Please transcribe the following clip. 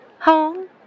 Home